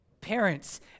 parents